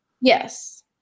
Yes